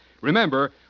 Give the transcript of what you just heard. Remember